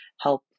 help